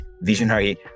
visionary